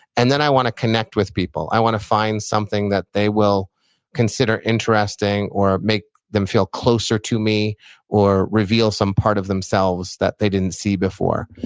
and then i want to connect with people. i want to find something that they will consider interesting or make them feel closer to me or reveal some part of themselves that they didn't see before.